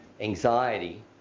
anxiety